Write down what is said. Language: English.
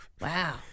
Wow